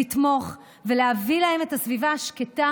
לתמוך בהם ולהביא להם את הסביבה השקטה